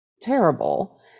terrible